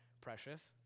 precious